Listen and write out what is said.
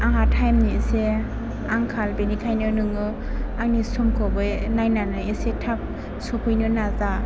आंहा टाइमनि एसे आंखाल बेनिखायनो नोङो आंनि समखौबो नायनानै एसे थाब सफैनो नाजा